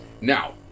Now